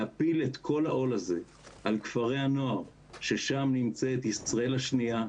להפיל את כל העול הזה על כפרי הנוער ששם נמצאת ישראל השנייה,